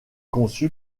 conçu